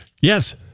Yes